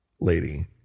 lady